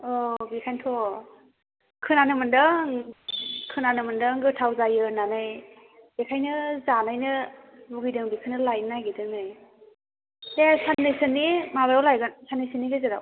औ बेखायथ' खोनानो मोनदों खोनानो मोनदों गोथाव जायो होननानै बेखायनो जानायनो लुबैदों बेखायनो लायनो नागिरदों नै दे साननैसोनि माबायाव लायगोन साननैसोनि गेजेराव